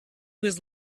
was